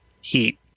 heat